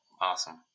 Awesome